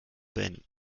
beenden